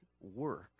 work